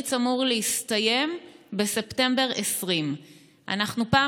התמריץ אמור להסתיים בספטמבר 2020. אנחנו פעם